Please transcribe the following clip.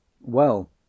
Well